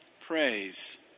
praise